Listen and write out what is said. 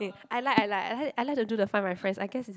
I like I like I like I like to do the Find My Friends I guess it's